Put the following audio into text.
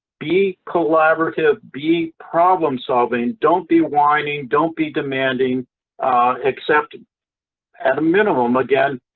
be collaborative, be problem solving. don't be whining. don't be demanding except and at a minimum, again,